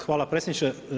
Hvala predsjedniče.